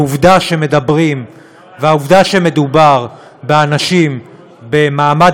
העובדה שמדברים והעובדה שמדובר באנשים במעמד